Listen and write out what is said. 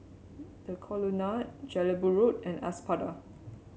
The Colonnade Jelebu Road and Espada